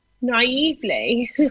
naively